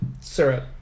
syrup